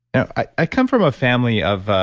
i come from a family of.